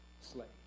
slave